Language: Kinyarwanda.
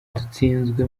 dutsinzwe